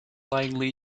likely